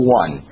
one